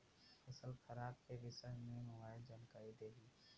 फसल खराब के विषय में मोबाइल जानकारी देही